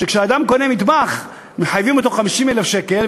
שכשאדם קונה מטבח מחייבים אותו ב-50,000 שקל,